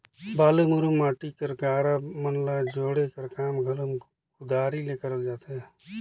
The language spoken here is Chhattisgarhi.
बालू, मुरूम, माटी कर गारा मन ल जोड़े कर काम घलो कुदारी ले करल जाथे